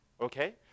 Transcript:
Okay